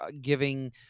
giving